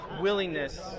willingness